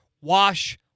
Wash